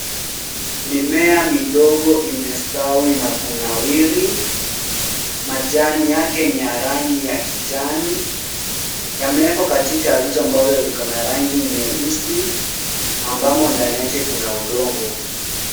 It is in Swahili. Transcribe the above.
Mimea midogo imestawi na kunawiri. Majani yake ni ya rangi ya kijani. Yamewekwa katika vitu ambavyo viko na rangi nyeusi ambamo ndani yake kuna udongo.